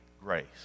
grace